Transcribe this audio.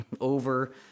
over